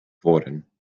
worden